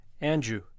Andrew